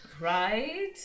right